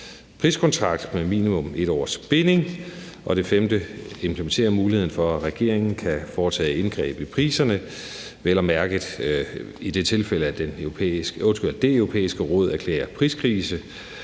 priskontrakt med minimum 1 års binding. Det femte implementerer muligheden for, at regeringen kan foretage indgreb i priserne, vel at mærke i det tilfælde at Det Europæiske Råd erklærer priskrise,